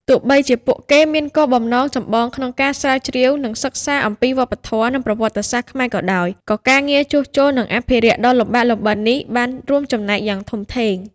ទោះបីជាពួកគេមានគោលបំណងចម្បងក្នុងការស្រាវជ្រាវ និងសិក្សាអំពីវប្បធម៌ និងប្រវត្តិសាស្ត្រខ្មែរក៏ដោយ ក៏ការងារជួសជុល និងអភិរក្សដ៏លំបាកលំបិននេះបានរួមចំណែកយ៉ាងធំធេង។